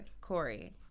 Corey